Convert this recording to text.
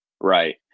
Right